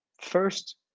first